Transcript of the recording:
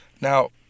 Now